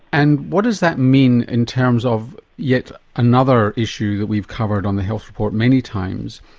and what does that mean in terms of yet another issue that we've covered on the health report many times,